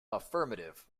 affirmative